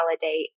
validate